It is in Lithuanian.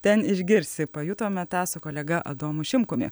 ten išgirsi pajutome tą su kolega adomu šimkumi